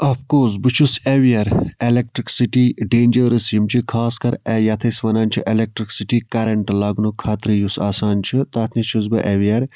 of course بہٕ چھُس aware electricity dangerous یِم چھِ خاص کر یَتھ ٲسۍ وَنان چھِ اٮ۪لیکٹرکسٹی کَرَنٹ لَگنُک خَطرٕ یُس آسان چھُ تتھ نِش چھُس بہٕ ایویَر